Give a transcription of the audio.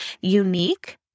unique